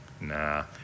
Nah